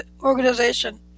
Organization